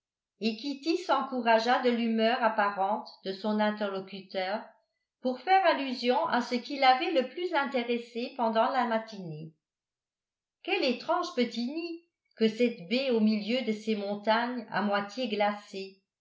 et kitty s'encouragea de l'humeur apparente de son interlocuteur pour faire allusion à ce qui l'avait le plus intéressée pendant la matinée quel étrange petit nid que cette baie au milieu de ces montagnes à moitié glacées